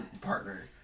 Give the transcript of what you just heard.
partner